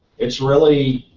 it's really,